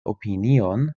opinion